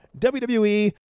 WWE